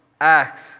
Acts